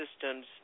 systems